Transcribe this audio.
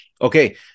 Okay